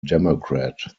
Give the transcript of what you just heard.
democrat